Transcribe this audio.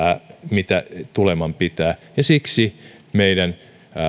mitä tuleman pitää ja siksi meidän